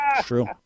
true